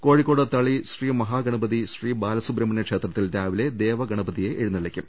കോഴിക്കോട് തളി ശ്രീ മഹാഗണപതി ശ്രീ ബാലസുബ്രഹ്മണ്യ ക്ഷേത്രത്തിൽ രാവിലെ ദേവഗണപതിയെ എഴുന്നള്ളി ക്കും